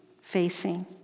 facing